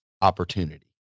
opportunity